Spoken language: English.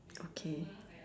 okay